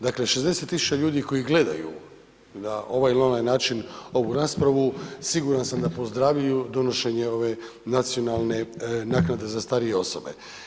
Dakle, 60.000 ljudi koji gledaju na ovaj ili onaj način ovu raspravu siguran sam da pozdravljaju donošenje ove nacionalne naknade za starije osobe.